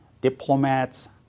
diplomats